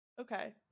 Okay